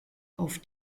auf